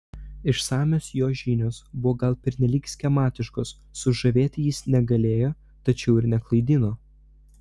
išsamios jo žinios buvo gal pernelyg schematiškos sužavėti jis negalėjo tačiau ir neklaidino